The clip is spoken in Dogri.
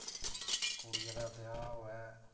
कुड़ियै दा ब्याह् होऐ